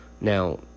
Now